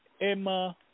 Emma